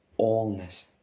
allness